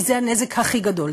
כי זה הנזק הכי גדול,